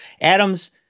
Adams